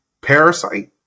Parasite